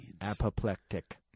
Apoplectic